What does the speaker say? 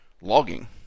logging